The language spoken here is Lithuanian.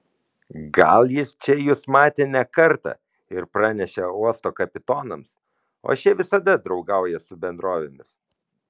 gal jis čia jus matė ne kartą ir pranešė uosto kapitonams o šie visada draugauja su bendrovėmis